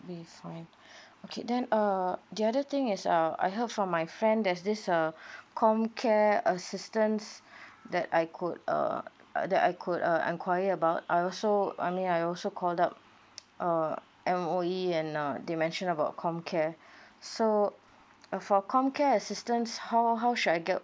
be fine okay then err the other thing is uh I heard from my friend there's this uh comcare assistance that I could uh uh that I could uh enquire about I also I mean I also called up err M_O_E and uh they mention about comcare so uh for comcare assistance how how should I get